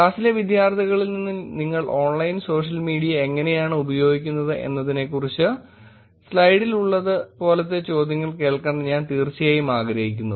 ക്ലാസ്സിലെ വിദ്യാർത്ഥികളിൽ നിന്ന് നിങ്ങൾ ഓൺലൈൻ സോഷ്യൽ മീഡിയ എങ്ങനെയാണു ഉപയോഗിക്കുന്നത് എന്നതറിനെക്കുറിച്ച് സ്ലൈഡിൽ ഉള്ളത് പോലത്തെ ചോദ്യങ്ങൾ കേൾക്കാൻ ഞാൻ തീർച്ചയായുംആഗ്രഹിക്കുന്നു